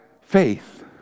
faith